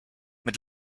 mit